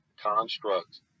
constructs